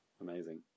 Amazing